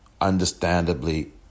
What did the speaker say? understandably